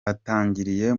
batangiriye